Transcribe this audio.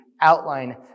outline